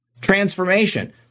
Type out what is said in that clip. transformation